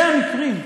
אלה המקרים.